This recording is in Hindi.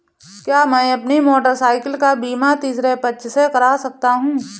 क्या मैं अपनी मोटरसाइकिल का बीमा तीसरे पक्ष से करा सकता हूँ?